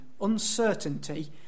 Uncertainty